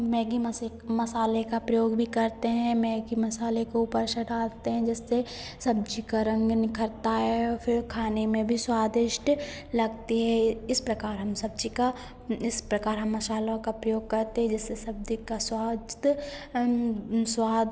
Maggi मसे मसाले का प्रयोग भी करते हैं मैगी मसाले को ऊपर से डालते हैं जिससे सब्ज़ी का रंग निखरता है और फिर खाने में भी स्वादिष्ट लगती है इस प्रकार हम सब्ज़ी का इस प्रकार हम मसालों का प्रयोग करते हैं जिससे सब्दी का स्वाद स्वाद